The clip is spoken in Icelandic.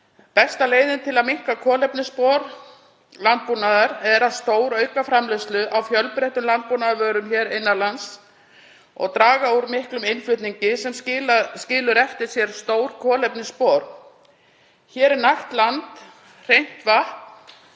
Besta leiðin til að minnka kolefnisspor landbúnaðar er að stórauka framleiðslu á fjölbreyttum landbúnaðarvörum innan lands og draga úr miklum innflutningi sem skilur eftir sig stór kolefnisspor. Hér er nægt land, hreint vatn